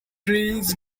trees